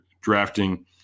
drafting